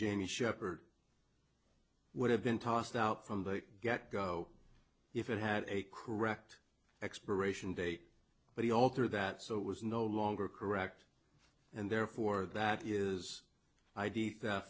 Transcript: jamie shepard would have been tossed out from the get go if it had a correct expiration date but you alter that so it was no longer correct and therefore that is id